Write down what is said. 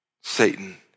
satan